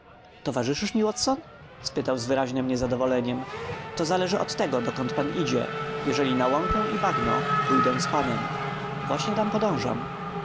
mi watson zapytał z widocznym niezadowoleniem to zależy od tego dokąd pan idzie jeżeli na łąkę i bagno pójdę z panem właśnie tam podążam